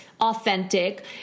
authentic